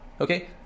okay